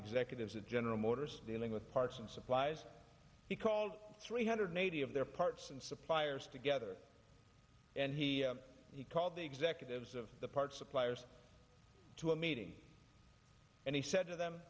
executives at general motors dealing with parts and supplies he called three hundred eighty of their parts and suppliers together and he he called the executives of the parts suppliers to a meeting and he said to them